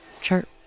chirp